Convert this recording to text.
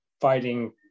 fighting